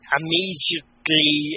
immediately